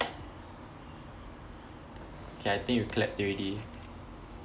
K I think you clapped already